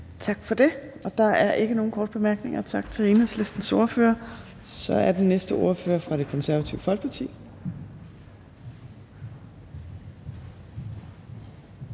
Torp): Der er ikke nogen korte bemærkninger. Tak til Enhedslistens ordfører. Den næste ordfører er fra Det Konservative Folkeparti.